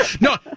No